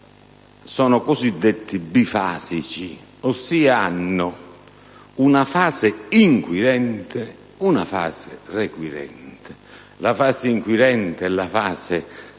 sono cosiddetti bifasici, ossia hanno una fase inquirente ed una fase requirente: la fase inquirente è quella